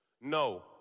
No